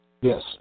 Yes